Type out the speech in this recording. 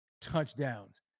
touchdowns